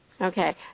Okay